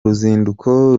ruzinduko